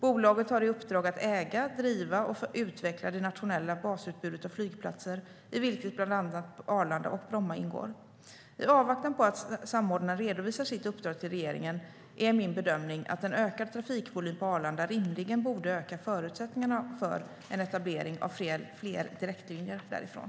Bolaget har i uppdrag att äga, driva och utveckla det nationella basutbudet av flygplatser, i vilket bland annat Arlanda och Bromma ingår. I avvaktan på att samordnaren redovisar sitt uppdrag till regeringen är min bedömning att en ökad trafikvolym på Arlanda rimligen borde öka förutsättningarna för en etablering av fler direktlinjer därifrån.